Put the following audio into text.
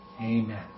Amen